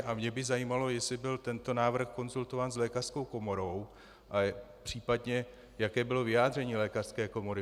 A mě by zajímalo, jestli byl tento návrh konzultován s lékařskou komorou, případně jaké bylo vyjádření lékařské komory.